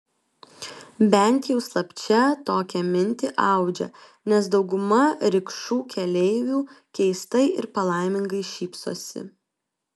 bent jau slapčia tokią mintį audžia nes dauguma rikšų keleivių keistai ir palaimingai šypsosi